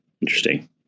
Interesting